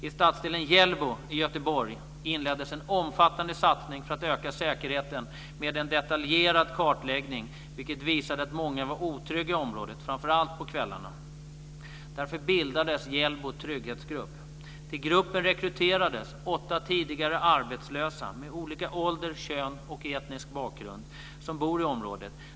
I stadsdelen Hjällbo i Göteborg inleddes en omfattande satsning för att öka säkerheten med en detaljerad kartläggning, vilken visade att många var otrygga i området, framför allt på kvällarna. Därför bildades Hjällbo trygghetsgrupp. Till gruppen rekryterades åtta tidigare arbetslösa med olika ålder, kön och etnisk bakgrund som bor i området.